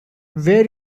where